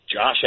Josh